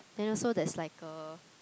then also there's like a